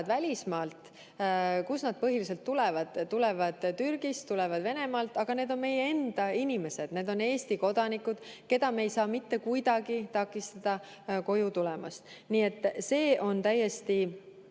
välismaalt – kust nad põhiliselt tulevad? Tulevad Türgist, tulevad Venemaalt, aga need on meie enda inimesed, need on Eesti kodanikud, keda me ei saa mitte kuidagi takistada koju tulemast. See on täiesti